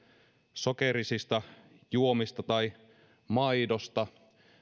sokerisista juomista tai maidosta